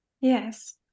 Yes